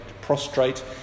prostrate